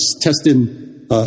testing